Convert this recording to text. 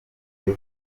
gihe